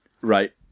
right